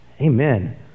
Amen